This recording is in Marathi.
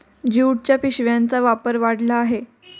ज्यूटच्या पिशव्यांचा वापर वाढला आहे